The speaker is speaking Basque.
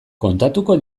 kontatuko